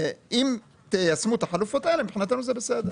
אם תיישמו את החלופות האלה מבחינתנו זה בסדר.